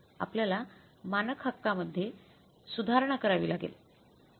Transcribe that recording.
आपल्याला मानकहक्कामध्ये सुधारणा करावी लागेल